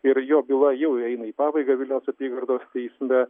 ir jo byla jau eina į pabaigą vilniaus apygardos teisme